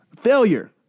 failure